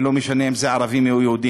ולא משנה אם זה ערבים או יהודים,